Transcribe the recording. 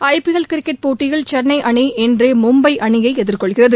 ஐ P L cricket போட்டியில் சென்னை அணி இன்று மும்பை அணியை எதிர்கொள்கிறது